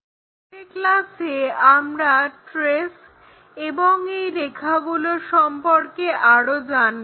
পরের ক্লাসে আমরা ট্রেস এবং এই রেখাগুলো সম্পর্কে আরও জানবো